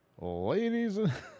Ladies